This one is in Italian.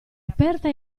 aperta